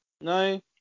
No